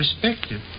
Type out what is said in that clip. perspective